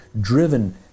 driven